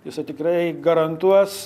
jisai tikrai garantuos